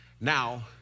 Now